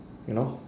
you know